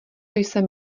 jsem